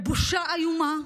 בבושה איומה,